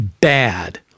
bad